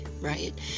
right